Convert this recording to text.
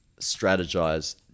strategize